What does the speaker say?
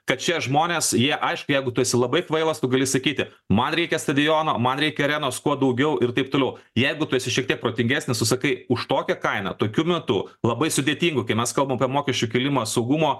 kad šie žmonės jie aišku jeigu tu esi labai kvailas tu gali sakyti man reikia stadiono man reikia arenos kuo daugiau ir taip toliau jeigu tu esi šiek tiek protingesnis tu sakai už tokią kainą tokiu metu labai sudėtingu kai mes kalbam apie mokesčių kėlimą saugumo